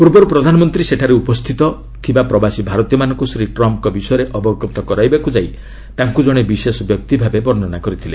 ପୂର୍ବରୁ ପ୍ରଧାନମନ୍ତ୍ରୀ ସେଠାରେ ଉପସ୍ଥିତ ପ୍ରବାସୀ ଭାରତୀୟ ମାନଙ୍କୁ ଶ୍ରୀ ଟ୍ରମ୍ପଙ୍କ ବିଷୟରେ ଅବଗତ କରାଇବାକୁ ଯାଇ ତାଙ୍କୁ ଜଣେ ବିଶେଷ ବ୍ୟକ୍ତିଭାବେ ବର୍ଷ୍ଣନା କରିଥିଲେ